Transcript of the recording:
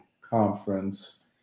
conference